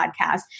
podcast